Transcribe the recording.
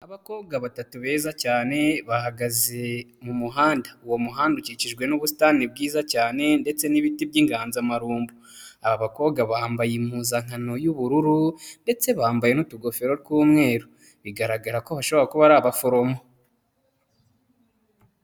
Abakobwa batatu beza cyane, bahagaze mu muhanda, uwo muhanda ukikijwe n'ubusitani bwiza cyane ndetse n'ibiti by'inganzamarumbo, aba bakobwa bambaye impuzankano y'ubururu ndetse bambaye n'utugofero tw'umweru, bigaragara ko bashobora kuba ari abaforomo.